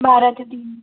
बारा ते तीन